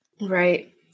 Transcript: Right